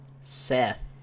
Seth